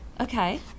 Okay